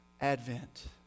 Advent